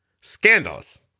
Scandalous